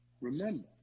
Remember